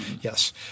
yes